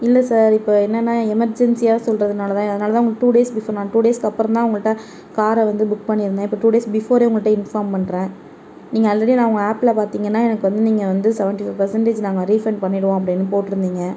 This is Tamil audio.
இல்லை சார் இப்போது என்னென்னா எமர்ஜன்சியாக சொல்கிறதுனால தான் அதனால் தான் உங்களுக்கு டூ டேஸ் பிஃபோர் நான் டூ டேஸ்க்கு அப்புறந்தான் உங்கள்கிட்ட காரை வந்து புக் பண்ணியிருந்தேன் இப்போ டூ டேஸ் பிஃபோரே உங்கள்கிட்ட இன்ஃபார்ம் பண்ணுறேன் நீங்கள் ஆல்ரெடி நான் உங்கள் ஆப்பில் பார்த்திங்கன்னா எனக்கு வந்து நீங்கள் சவன்ட்டி ஃபை பர்சன்டேஜ் நாங்கள் ரீஃபைண்ட் பண்ணிவிடுவோம் அப்படின்னு போட்டிருந்திங்க